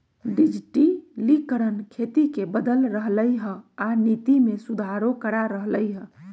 डिजटिलिकरण खेती के बदल रहलई ह आ नीति में सुधारो करा रह लई ह